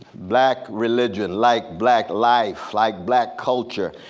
black religion, like black life, like black culture,